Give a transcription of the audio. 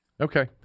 Okay